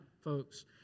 folks